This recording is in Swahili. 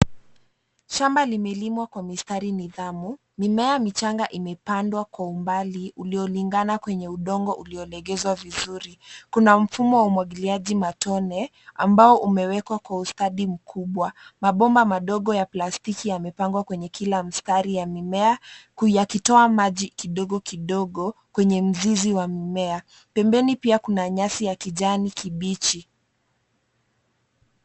Shamba limelimwa kwa mistari nidhamu, mimea michanga imepandwa kwa umbali uliolingana kwenye udongo uliolegezwa vizuri. Kuna mfumo wa umwagiliaji matone, ambao umewekwa kwa ustadi mkubwa. Mabomba madogo ya plastiki yamepangwa kwenye kila mstari ya mimea, kuyakitoa maji kidogo kidogo kwenye mzizi wa mimea. Pembeni pia kuna nyasi ya kijani kibichi.